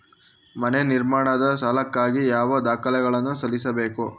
ಮನೆ ನಿರ್ಮಾಣದ ಸಾಲಕ್ಕಾಗಿ ಯಾವ ದಾಖಲೆಗಳನ್ನು ಸಲ್ಲಿಸಬೇಕು?